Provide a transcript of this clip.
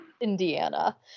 Indiana